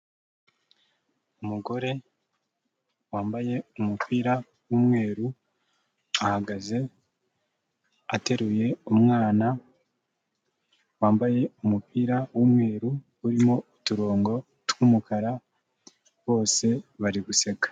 Umugore wambaye umupira w'umweru, ahagaze ateruye umwana wambaye umupira w'umweru urimo uturongo tw'umukara, bose bari guseka.